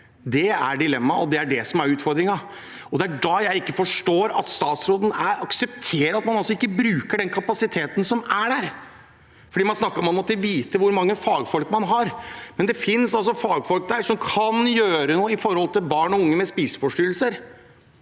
Det er dilemmaet, og det er det som er utfordringen. Det er da jeg ikke forstår at statsråden aksepterer at man ikke bruker den kapasiteten som er der. Man snakker om at man må vite hvor mange fagfolk man har, men det finnes fagfolk som kan gjøre noe overfor barn og unge med spiseforstyrrelser.